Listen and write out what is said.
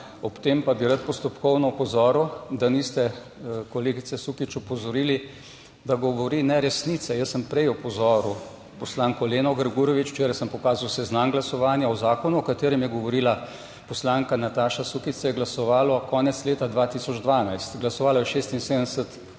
Ob tem pa bi rad postopkovno opozoril, da niste kolegice Sukič opozorili, da govori neresnice. Jaz sem prej opozoril poslanko Leno Gregurovič, včeraj sem pokazal seznam glasovanja o zakonu o katerem je govorila poslanka Nataša Sukič se je glasovalo konec leta 2012, glasovalo je 76